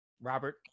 Robert